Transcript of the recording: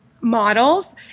models